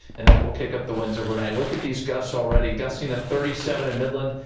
and that will kick up the winds overnight look at these gusts already gusting to thirty seven in midland.